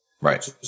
Right